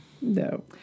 No